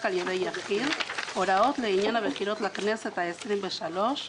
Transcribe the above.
על ידי יחיד) (הוראות לעניין הבחירות לכנסת העשרים ושלוש),